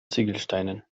ziegelsteinen